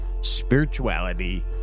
spirituality